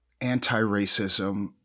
anti-racism